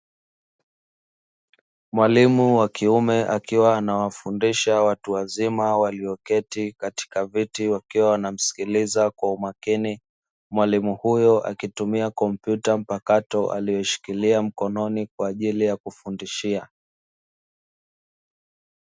Mwalimu wa kiume akiwa anawafundisha watu wazima walioketi katika viti wakiwa wanamsikiliza kwa umakini, mwalimu huyo akitumia kompyuta mpakato aliyoishikilia mkononi kwa ajili ya kufundishia.